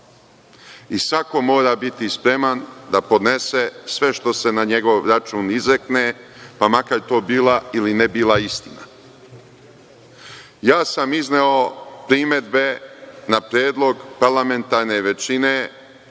i svako mora biti spreman da podnese sve što se na njegov račun izrekne, pa makar to bila ili ne bila, istina. Ja sam izneo primedbe na predlog parlamentarne većine